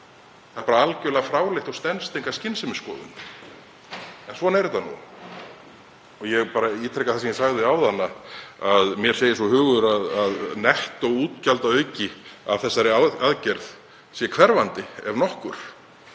Það er bara algjörlega fráleitt og stenst enga skynsemisskoðun. En svona er þetta nú. Ég ítreka bara það sem ég sagði áðan að mér segir svo hugur að nettóútgjaldaauki af þessari aðgerð sé hverfandi ef nokkur.